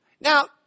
Now